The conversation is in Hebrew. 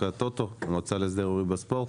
הטוטו המועצה להסדר ההימורים בספורט,